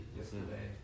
yesterday